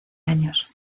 años